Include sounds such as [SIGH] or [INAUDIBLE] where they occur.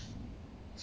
[LAUGHS]